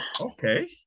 okay